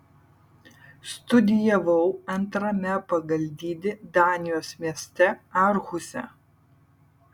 studijavau antrame pagal dydį danijos mieste aarhuse